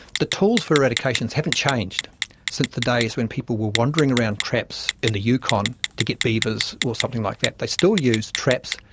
the tools for eradications haven't changed since the days when people were wandering around traps in the yukon to get beavers or something like that, they still use traps,